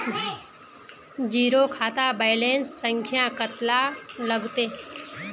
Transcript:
Zero खाता balance संख्या कतला लगते?